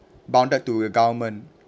bounded to the government